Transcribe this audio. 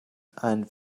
and